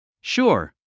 Sure